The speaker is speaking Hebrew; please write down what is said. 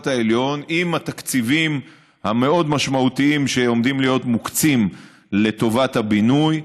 העליון עם התקציבים המאוד-משמעותיים שעומדים להיות מוקצים לטובת הבינוי,